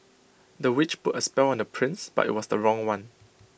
the witch put A spell on the prince but IT was the wrong one